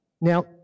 Now